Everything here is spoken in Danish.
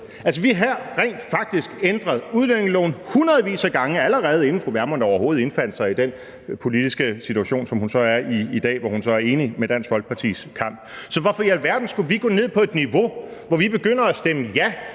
Vi har rent faktisk ændret udlændingeloven hundredvis af gange, allerede inden fru Vermund overhovedet indfandt sig i den politiske situation, som hun er i i dag, hvor hun så er enig i Dansk Folkepartis kamp. Så hvorfor i alverden skulle vi gå ned på et niveau, hvor vi begynder at stemme ja